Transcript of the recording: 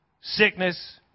sickness